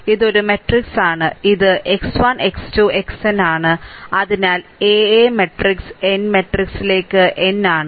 ഇതൊരു മാട്രിക്സ് ആണ് ഇത് x 1 x 2 xn ആണ് അതിനാൽ a a മാട്രിക്സ് n മാട്രിക്സിലേക്ക് nആണ്